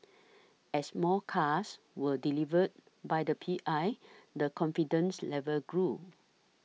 as more cars were delivered by the P I the confidence level grew